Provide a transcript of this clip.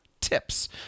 Tips